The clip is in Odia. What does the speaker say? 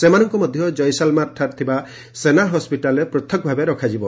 ସେମାନଙ୍କୁ ମଧ୍ୟ ଜୟସାଲମେରଠାରେ ଥିବା ସେନା ହସ୍କିଟାଲ୍ରେ ପୃଥକ୍ ଭାବେ ରଖାଯିବ